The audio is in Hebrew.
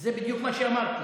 זה בדיוק מה שאמרתי.